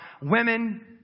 Women